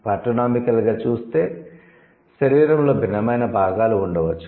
పార్టోనామికల్గా చూస్తే శరీరoలో భిన్నమైన భాగాలు ఉండవచ్చు